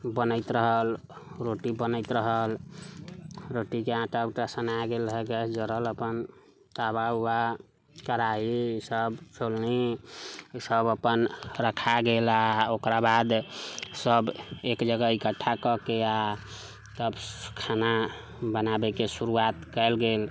बनैत रहल रोटी बनैत रहल रोटीके आँटा वाँटा सना गेल रहै गैस जरल अपन तवा उवा कढ़ाइ ईसभ छोलनी ईसभ अपन रखा गेल आ ओकरा बाद सभ एक जगह इकठ्ठा कऽ कऽ आ तब खाना बनाबैके शुरुआत कयल गेल